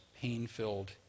pain-filled